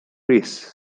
rays